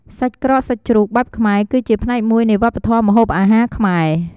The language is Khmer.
សាច់ក្រកសាច់ជ្រូកបែបខ្មែរគឺជាផ្នែកមួយនៃ វប្បធម៌ម្ហូបអាហារខ្មែរ។